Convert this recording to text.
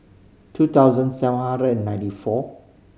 two thousand seven hundred ninety four